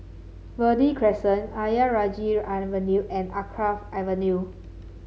Verde Crescent Ayer Rajah Avenue and Alkaff Avenue